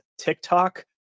tiktok